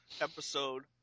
episode